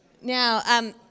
Now